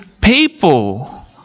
people